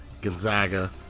Gonzaga